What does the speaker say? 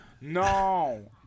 No